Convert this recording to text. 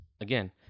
again